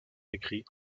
écrits